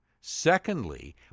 secondly